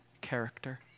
character